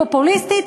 פופוליסטית,